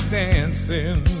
dancing